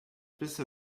bisher